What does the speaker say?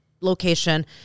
location